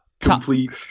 complete